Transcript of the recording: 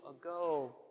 ago